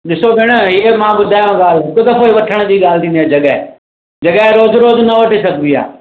ॾिसो भेण ईअं मां ॿुधायव ॻाल्हि हिकु दफ़ो ई वठण जी ॻाल्हि थींदी आहे जॻह जॻह रोज़ रोज़ न वठी सघबी आहे